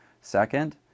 Second